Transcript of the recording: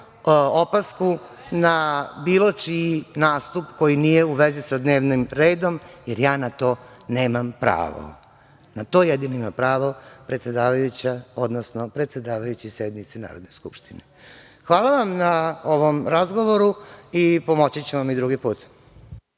opasku na bilo čiji nastup koji nije u vezi sa dnevnim redom, jer ja na to nemam pravo. Na to jedino ima pravo predsedavajuća odnosno predsedavajući sednice Narodne skupštine. Hvala vam na ovom razgovoru i pomoći ću vam i drugi put.